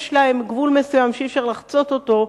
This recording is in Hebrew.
יש להם גבול מסוים שאי-אפשר לחצות אותו,